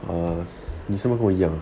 啊你是不是和我一样